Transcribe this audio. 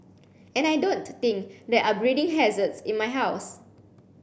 and I don't think there are breeding hazards in my house